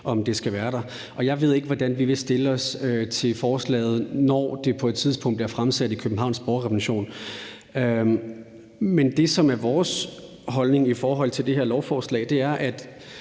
om de skal være der. Jeg ved ikke, hvordan vi vil stille os til forslaget, når det på et tidspunkt bliver fremsat i Københavns Borgerrepræsentation. Men det, som er vores holdning i forhold til det her lovforslag, er, at